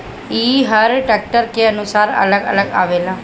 ई हर ट्रैक्टर के अनुसार अलग अलग आवेला